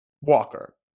Walker